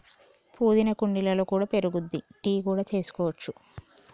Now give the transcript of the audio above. పుదీనా కుండీలలో కూడా పెరుగుద్ది, టీ కూడా చేసుకోవచ్చు